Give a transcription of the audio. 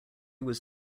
was